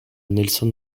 nelson